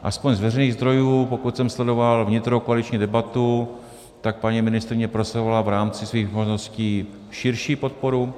Aspoň z veřejných zdrojů, pokud jsem sledoval vnitrokoaliční debatu, tak paní ministryně prosazovala v rámci svých možností širší podporu.